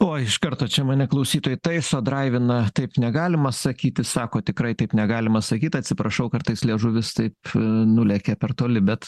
oi iš karto čia mane klausytojai taiso draivina taip negalima sakyti sako tikrai taip negalima sakyt atsiprašau kartais liežuvis taip nulekia per toli bet